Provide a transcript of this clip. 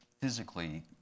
physically